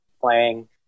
playing